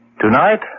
Tonight